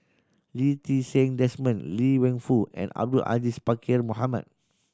Lee Ti Seng Desmond Liang Wenfu and Abdul Aziz Pakkeer Mohamed